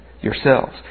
yourselves